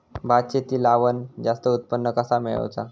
भात शेती लावण जास्त उत्पन्न कसा मेळवचा?